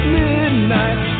midnight